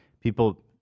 People